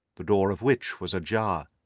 the door of which was ajar.